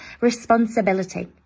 responsibility